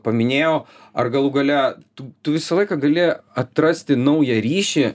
paminėjau ar galų gale tu tu visą laiką gali atrasti naują ryšį